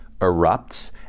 erupts